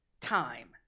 time